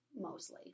mostly